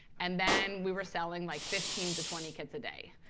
and then we were selling like fifteen to twenty kits a day.